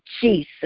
Jesus